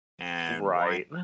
Right